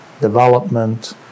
development